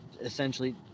essentially